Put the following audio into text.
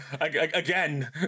Again